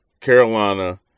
Carolina